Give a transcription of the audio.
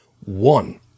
One –